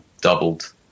doubled